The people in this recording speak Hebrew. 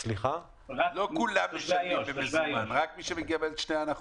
שום דבר לא קורה.